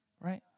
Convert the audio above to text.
right